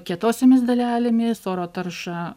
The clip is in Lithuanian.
kietosiomis dalelėmis oro tarša